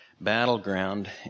battleground